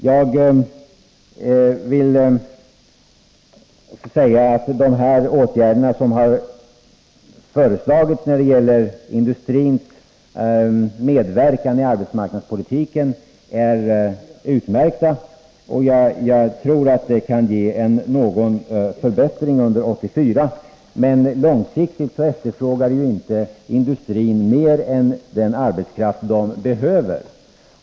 Jag vill säga att de åtgärder som har föreslagits när det gäller industrins medverkan i arbetsmarknadspolitiken är utmärkta, och jag tror att de kan ge någon förbättring under 1984, men långsiktigt efterfrågar ju inte industrin mer arbetskraft än den behöver.